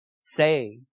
say